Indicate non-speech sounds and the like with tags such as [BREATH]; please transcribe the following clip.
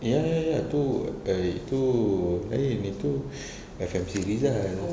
ya ya ya tu err tu lain itu [BREATH] F_M_C rizal